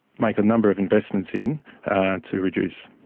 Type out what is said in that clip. make a number of investments in to reduce.